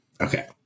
Okay